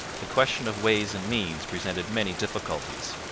the question of ways and means presented many difficulties.